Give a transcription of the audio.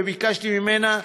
וביקשתי ממנה,